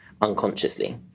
unconsciously